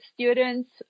students